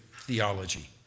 theology